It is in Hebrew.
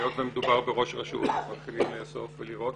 היות ומדובר בראש רשות מתחילים לאסוף ולראות